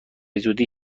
زودی